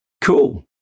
Cool